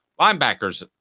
Linebackers